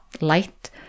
light